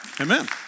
Amen